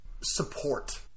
support